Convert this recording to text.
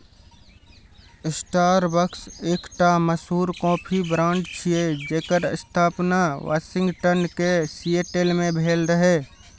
Starbucks एकटा मशहूर coffee brand छियै, जेकर स्थापना वाशिंगटन के सिएटल मे भेल रहै